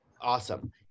Awesome